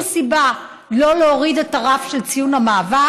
סיבה שלא להוריד את הרף של ציון המעבר.